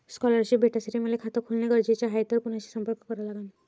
Scholarship भेटासाठी मले खात खोलने गरजेचे हाय तर कुणाशी संपर्क करा लागन?